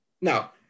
Now